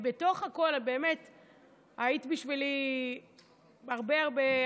בתוך הכול היית בשבילי הרבה הרבה,